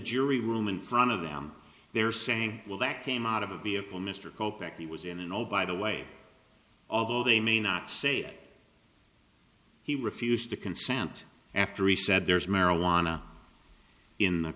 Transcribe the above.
jury room in front of them they're saying well that came out of the vehicle mr culp actually was in an all by the way although they may not say he refused to consent after he said there's marijuana in the